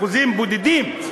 אחוזים בודדים,